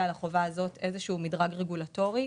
לחובה הזאת איזה שהוא מדרג רגולטורי,